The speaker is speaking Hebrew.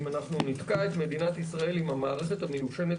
אם אנחנו נתקע את מדינת ישראל עם המערכת המיושנת